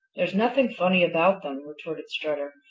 there's nothing funny about them, retorted strutter.